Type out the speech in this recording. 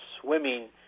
swimming